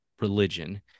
religion